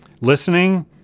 listening